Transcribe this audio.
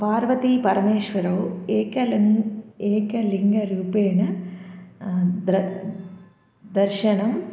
पार्वतीपरमेश्वरौ एकं लिङ्गम् एकलिङ्गरूपेण द्र दर्शनम्